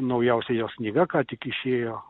naujausia jos knyga ką tik išėjo